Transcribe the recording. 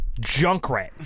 Junkrat